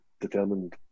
determined